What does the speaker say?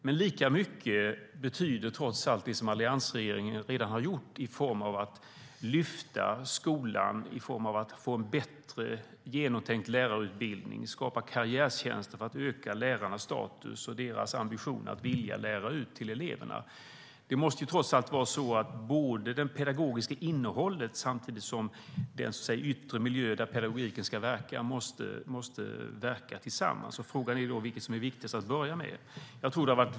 Men lika mycket betyder trots allt det som alliansregeringen redan har gjort i form av att ha lyft skolan, sett till att det blivit en bättre genomtänkt lärarutbildning, skapat karriärtjänster för att öka lärarnas status och ambition och vilja att lära ut kunskaper till eleverna. Både det pedagogiska innehållet och den yttre miljön där pedagogiken ska verka måste trots allt verka tillsammans. Frågan är då vilket som är viktigast att börja.